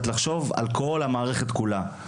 צריך לחשוב על כל המערכת כולה,